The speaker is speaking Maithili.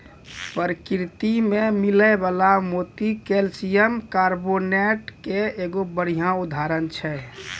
परकिरति में मिलै वला मोती कैलसियम कारबोनेट के एगो बढ़िया उदाहरण छै